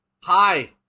Hi